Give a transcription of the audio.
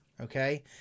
Okay